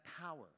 power